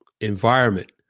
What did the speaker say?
environment